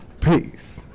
Peace